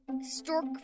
Stork